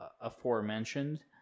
aforementioned